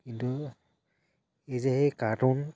কিন্তু এই যে সেই কাৰ্টুন